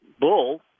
bull